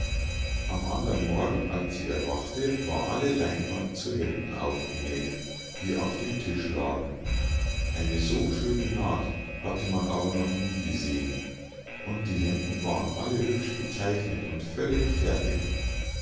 am andern morgen als sie erwachte war alle leinwand zu hemden aufgenäh't die auf dem tisch lagen eine so schöne naht hatte man aber noch nie gesehen und die hemden waren alle hübsch gezeichnet und völlig fertig